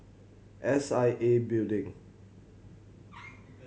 S I A Building